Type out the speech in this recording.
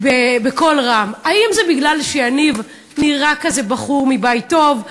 בקול רם: האם זה בגלל שיניב נראה כזה בחור מבית טוב?